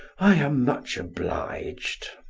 i am much obliged.